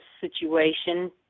situation